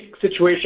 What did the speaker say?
situation